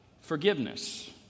forgiveness